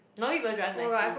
normally people drive ninety